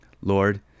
Lord